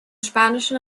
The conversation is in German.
spanischen